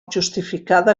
justificada